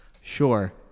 Sure